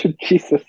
Jesus